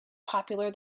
popular